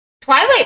Twilight